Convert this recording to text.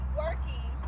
working